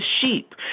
sheep